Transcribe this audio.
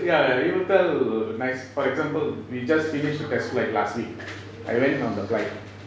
ya ya it will tell for example we just finished the test flight last week I went on the flight